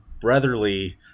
brotherly